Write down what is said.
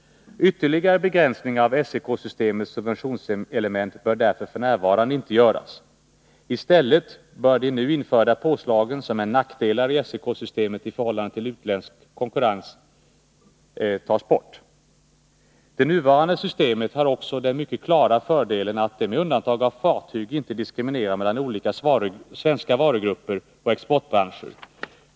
Ytterligare begränsning av SEK-systemets subventionselement bör därför f.n. inte göras. I stället bör de nu införda påslagen, som är nackdelar i SEK-systemet i förhållandet till utländsk konkurrens, tas bort. Det nuvarande systemet har också den mycket klara fördelen att det - med undantag av fartyg inte diskriminerar mellan olika svenska varugrupper och exportbranscher.